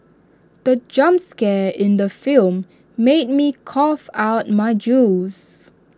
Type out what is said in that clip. the jump scare in the film made me cough out my juice